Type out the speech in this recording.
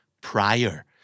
Prior